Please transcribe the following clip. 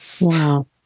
Wow